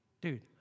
Dude